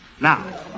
Now